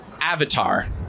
Avatar